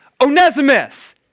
Onesimus